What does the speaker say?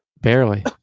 barely